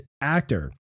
actor